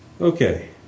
Okay